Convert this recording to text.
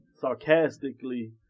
sarcastically